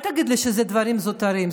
אל תגיד לי שאלה דברים זוטרים,